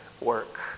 work